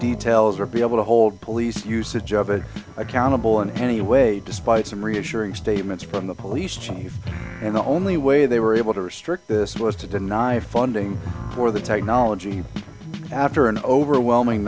details or be able to hold police usage of it accountable in any way despite some reassuring statements from the police chief and the only way they were able to restrict this was to deny funding for the technology after an overwhelming